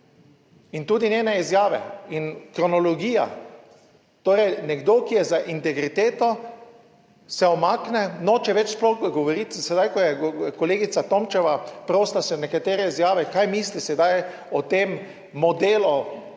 In tudi njene izjave in kronologija, torej nekdo, ki je za integriteto, se umakne, noče več sploh govoriti. Sedaj, ko je kolegica Tomčeva prosila za nekatere izjave, kaj misli sedaj o tem modelu